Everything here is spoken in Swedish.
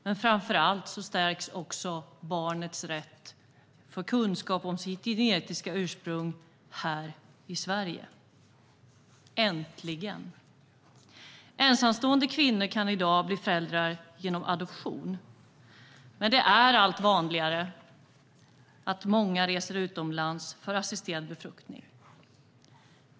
Men framför allt stärks barnets rätt till kunskap om sitt genetiska ursprung här i Sverige - äntligen! Ensamstående kvinnor kan i dag bli föräldrar genom adoption. Men det är allt vanligare att kvinnor reser utomlands för assisterad befruktning.